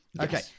okay